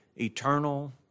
eternal